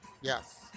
Yes